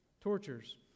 tortures